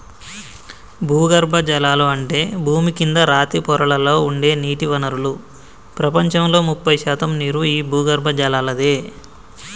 భూగర్బజలాలు అంటే భూమి కింద రాతి పొరలలో ఉండే నీటి వనరులు ప్రపంచంలో ముప్పై శాతం నీరు ఈ భూగర్బజలలాదే